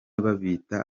babita